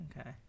okay